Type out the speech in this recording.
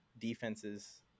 defenses